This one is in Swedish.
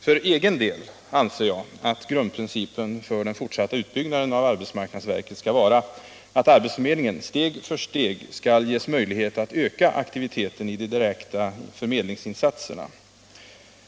För egen del anser jag att grundprincipen för den fortsatta utbyggnaden av arbetsmarknadsverket skall vara att arbetsförmedlingen steg för steg skall ges möjlighet att öka aktiviteten i de direkta förmedlingsinsatserna.